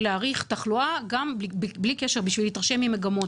להעריך תחלואה גם בשביל להתרשם ממגמות.